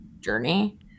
journey